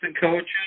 coaches